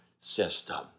system